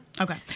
Okay